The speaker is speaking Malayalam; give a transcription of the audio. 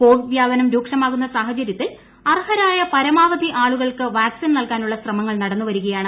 കോവിഡ് വ്യാപനം രൂക്ഷമാകുന്ന സാഹചര്യത്തിൽ അർഹരായ പരമാവധി ആളുകൾക്ക് വാക്സിൻ നൽകാനുള്ള ശ്രമങ്ങൾ നടന്നു വരികയാണ്